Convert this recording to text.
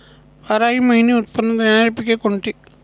बाराही महिने उत्त्पन्न देणारी पिके कोणती?